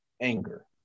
anger